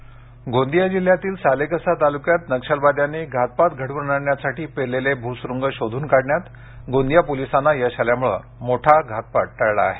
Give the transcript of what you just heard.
नक्षल गोंदिया जिल्ह्यातील सालेकसा तालुक्यात नक्षलवाद्यांनी घातपात घडवून आणण्यासाठी पेरलेले भ्सुरूंग शोधून काढण्यात गोंदिया पोलिसांनी यश आल्यामुळे मोठा घातपात टळला आहे